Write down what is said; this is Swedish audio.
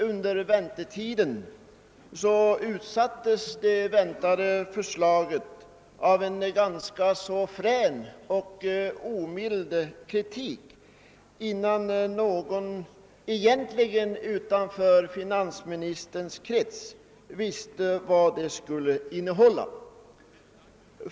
Under väntetiden utsattes det väntade förslaget för en ganska frän och omild kritik innan egentligen någon utanför finansministerns krets visste vad det skulle innehålla.